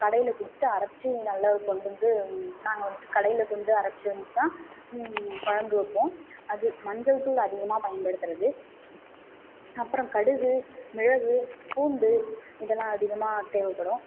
கடையில் கொடுத்துட்டு அரைச்சு நல்ல ஒரு கொண்டு வந்து நாங்கள் வந்து கடையில் கொண்டு வந்து அரைச்சு வந்து தான் குழம்பு வைப்போம் அது மஞ்சள் தூள் அதிகமாக பயன்படுத்துகிறது அப்புறம் கடுகு மிளகு பூண்டு இதெல்லாம் அதிகமாக தேவைப்படும்